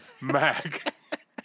Mac